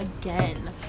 again